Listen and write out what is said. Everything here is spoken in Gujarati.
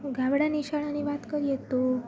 ગામડાંની શાળાની વાત કરીએ તો